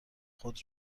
خود